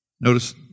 notice